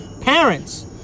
parents